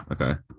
okay